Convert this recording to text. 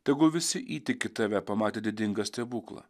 tegu visi įtiki tave pamatę didingą stebuklą